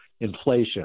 inflation